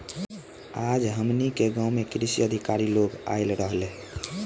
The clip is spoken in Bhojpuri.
आज हमनी के गाँव में कृषि अधिकारी लोग आइल रहले